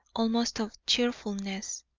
almost of cheerfulness.